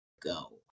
go